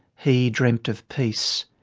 he dreamt of peace.